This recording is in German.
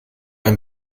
ein